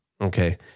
Okay